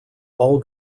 all